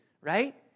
right